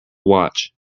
watch